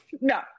no